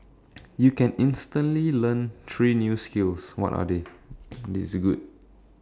you can instantly learn three new skills what are they this is good